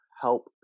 help